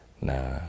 Nah